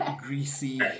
greasy